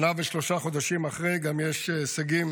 שנה ושלושה חודשים אחרי, יש גם הישגים